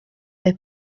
dai